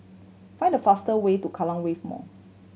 find the faster way to Kallang Wave Mall